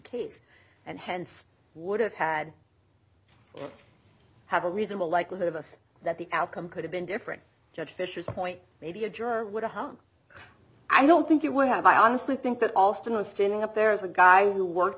case and hence would have had to have a reasonable likelihood of us that the outcome could have been different judge fisher's point maybe a juror would have home i don't think you would have i honestly think that alston was standing up there is a guy who worked